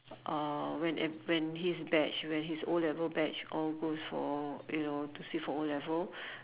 uh when ev~ when his batch when his O-level batch all goes for you know to sit for O-level